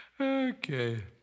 Okay